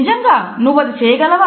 నిజంగా నీవు అది చేయగలవా